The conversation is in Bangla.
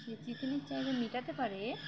সে চিকেনের চাহিদা মেটাতে পারে